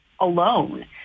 alone